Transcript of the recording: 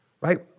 Right